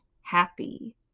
happy